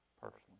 personally